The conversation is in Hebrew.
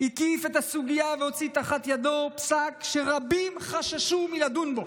הקיף את הסוגיה והוציא תחת ידו פסק שרבים חששו מלדון בו.